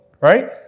Right